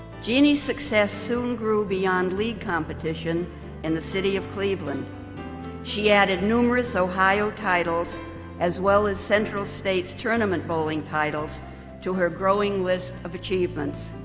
jeanne's success soon grew beyond league competition in the city of cleveland she added numerous ohio titles as well as central states tournament bowling titles to her growing list of achievements